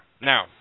Now